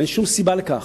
ואין שום סיבה לכך,